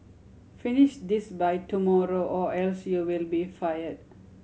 finish this by tomorrow or else you'll be fired